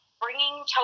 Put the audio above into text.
bringing